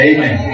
Amen